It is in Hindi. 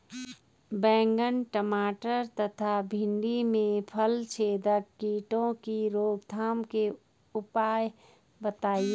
बैंगन टमाटर तथा भिन्डी में फलछेदक कीटों की रोकथाम के उपाय बताइए?